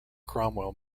cromwell